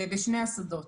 בשני השדות,